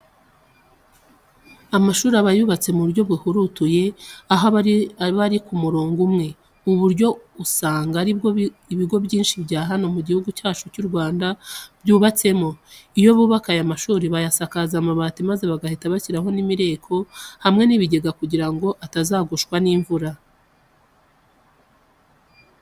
Amashuri aba yubatswe mu buryo buhurutuye, aho aba ari ku murongo umwe. Ubu buryo usanga ari byo ibigo byinshi bya hano mu gihugu cyacu cy'u Rwanda byubatsemo. Iyo bubaka aya mashuri, bayasakaza amabati maze bagahita bashyiraho n'imireko hamwe n'ibigega kugira ngo atazagushwa n'imvura.